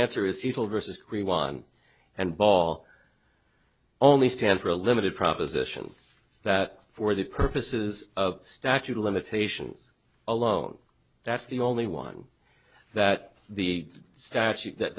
one and ball only stand for a limited proposition that for the purposes of statute of limitations alone that's the only one that the statute that